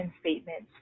statements